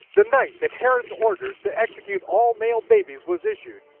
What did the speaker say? the night that herod's orders to execute all male babies was issued.